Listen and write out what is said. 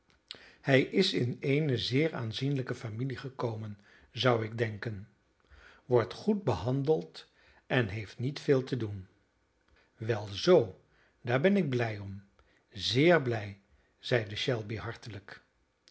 hij is in eene zeer aanzienlijke familie gekomen zou ik denken wordt goed behandeld en heeft niet veel te doen wel zoo daar ben ik blij om zeer blij zeide shelby hartelijk